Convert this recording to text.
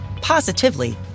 positively